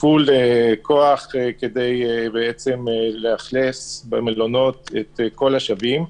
נמצאים בכוח מלא כדי לאכלס במלונות את כל השבים.